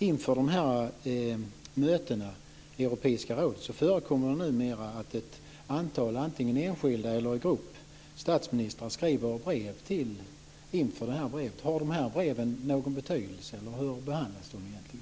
Inför de här mötena i Europeiska rådet förekommer det numera att ett antal statsministrar, antingen enskilda eller i grupp, skriver brev. Har de här breven någon betydelse? Hur behandlas de egentligen?